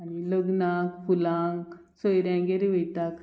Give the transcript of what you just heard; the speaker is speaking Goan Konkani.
आनी लग्नाक फुलांक सोयऱ्यांगेरुय वयता